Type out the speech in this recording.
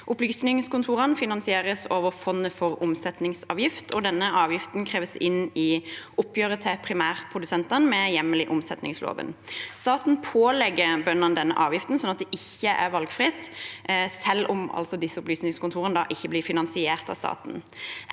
Opplysningskontorene finansieres over fondet for omsetningsavgift, og denne avgiften kreves inn i oppgjøret til primærprodusentene med hjemmel i omsetningsloven. Staten pålegger bøndene denne avgiften – det er ikke valgfritt – selv om disse opplysningskontorene ikke blir finansiert av staten.